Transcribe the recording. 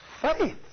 Faith